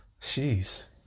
Jeez